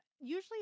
usually